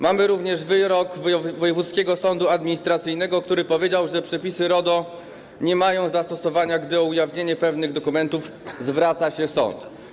Mamy również wyrok wojewódzkiego sądu administracyjnego, który powiedział, że przepisy RODO nie mają zastosowania, gdy o ujawnienie pewnych dokumentów zwraca się sąd.